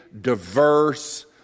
diverse